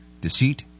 Deceit